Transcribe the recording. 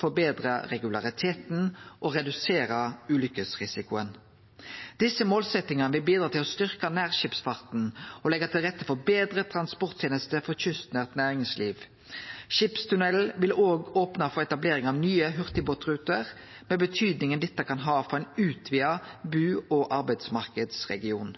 forbetre regulariteten og redusere risikoen for ulykker. Desse målsetjingane vil bidra til å styrkje nærskipsfarten og leggje til rette for betre transporttenester for kystnært næringsliv. Skipstunnelen vil òg opne for etablering av nye hurtigbåtruter, med det dette kan ha av betyding for ein utvida bu- og arbeidsmarknadsregion.